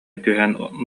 түһэн